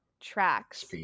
tracks